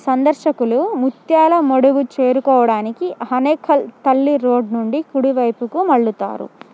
సందర్శకులు ముత్యాల మడువు చేరుకోవడానికి అనేకల్ తల్లీ రోడ్ నుండి కుడి వైపుకు మాళ్ళుతారు